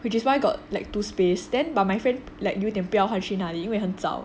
which is why got like two space then but my friend like 有一点不要换去那里因为很早